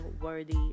worthy